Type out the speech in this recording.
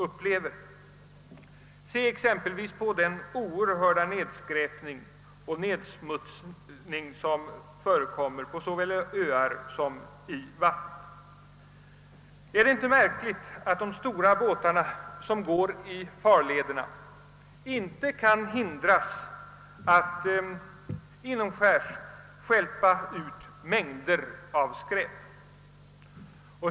Ta som exempel den oerhörda nedskräpning och nedsmutsning som förekommer såväl på öar som i vatten. Är det inte märkligt att de stora båtar som trafikerar farlederna inte kan hindras från att inomskärs stjälpa ut mängder av skräp?